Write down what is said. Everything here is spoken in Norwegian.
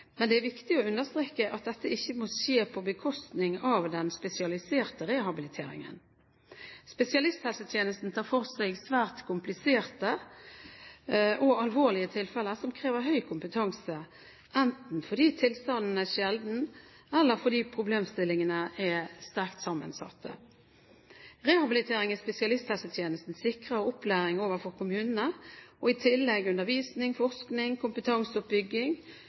Men det er viktig å understreke at dette ikke må skje på bekostning av den spesialiserte rehabiliteringen. Spesialisthelsetjenesten tar for seg svært kompliserte og alvorlige tilfeller som krever høy kompetanse, enten fordi tilstanden er sjelden, eller fordi problemstillingene er veldig sammensatte. Rehabilitering i spesialisthelsetjenesten sikrer opplæring overfor kommunene i tillegg til undervisning, forskning, kompetanseoppbygging,